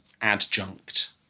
adjunct